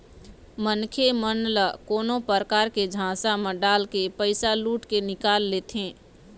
मनखे मन ल कोनो परकार ले झांसा म डालके पइसा लुट के निकाल लेथें